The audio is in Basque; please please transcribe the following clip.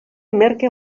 merke